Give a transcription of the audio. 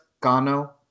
Gano